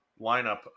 lineup